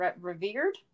revered